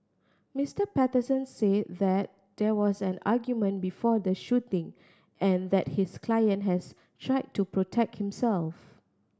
Mister Patterson said that there was an argument before the shooting and that his client has tried to protect himself